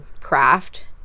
craft